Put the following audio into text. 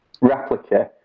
replica